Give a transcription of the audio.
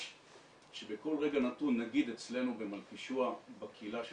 שבכל רגע נתון נגיד אצלנו במלכישוע בקהילה של